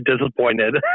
disappointed